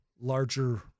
larger